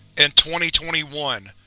and twenty twenty one,